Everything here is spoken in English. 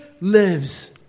lives